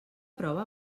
prova